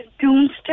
Doomsday